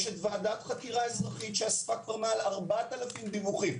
יש ועדת חקירה אזרחית שאספה מעל 4,000 דיווחים.